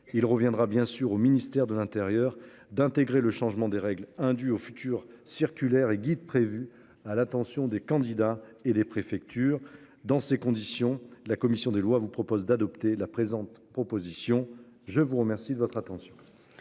il reviendra bien sûr au ministère de l'Intérieur d'intégrer le changement des règles hein du au futur circulaire et guide prévu à l'attention des candidats et les préfectures. Dans ces conditions, la commission des lois vous propose d'adopter la présente proposition je vous remercie de votre attention.